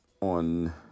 On